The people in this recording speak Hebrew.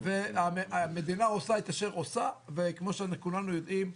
המדינה עושה את אשר עושה וכמו שכולנו יודעים,